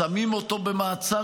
שמים אותו במעצר,